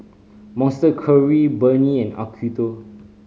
Monster Curry Burnie and Acuto